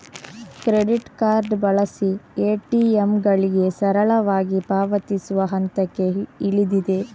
credit card ಬಳಸಿ ಎ.ಟಿ.ಎಂಗಳಿಗೆ ಸರಳವಾಗಿ ಪಾವತಿಸುವ ಹಂತಕ್ಕೆ ಇಳಿದಿದೆ